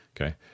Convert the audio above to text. okay